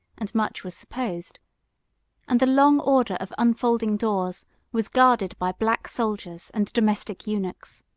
and much was supposed and the long order of unfolding doors was guarded by black soldiers and domestic eunuchs.